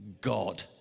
God